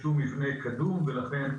שהוא מבנה קדום ולכן,